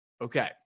okay